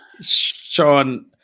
Sean